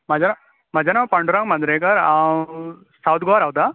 म्हजे नांव म्हजे नांव पांडुरंग मांद्रेकार हांव साऊद गोवा रावता